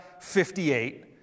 58